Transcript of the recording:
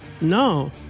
no